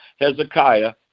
Hezekiah